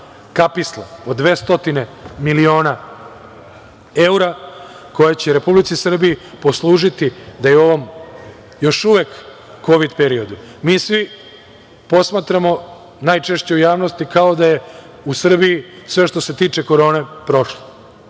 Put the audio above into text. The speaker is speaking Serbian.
kapisla od 200 miliona evra koje će Republici Srbiji poslužiti da i u ovom još uvek kovid periodu mi svi posmatramo, najčešće u javnosti, kao da je u Srbiji sve što se tiče korone prošlo. Ne.